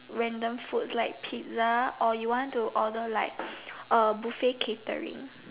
random foods like pizza or you want to order like uh buffet catering